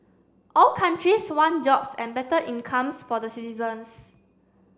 all countries want jobs and better incomes for the citizens